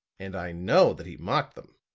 and i know that he mocked them.